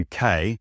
UK